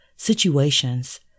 Situations